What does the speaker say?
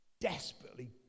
desperately